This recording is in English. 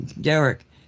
derek